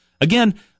again